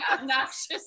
obnoxious